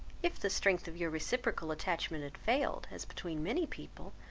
if the strength of your reciprocal attachment had failed, as between many people,